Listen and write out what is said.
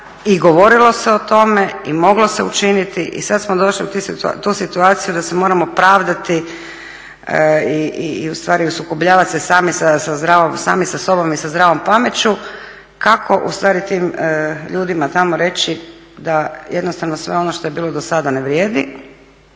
i govorilo se o tome i moglo se učiniti i sada smo došli u tu situaciju da se moramo pravdati i sukobljavati se sami sa sobom i sa zdravom pameću kako tim ljudima tamo reći da jednostavno sve ono što je bilo do sada ne vrijedi,